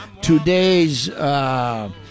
today's